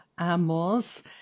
Amos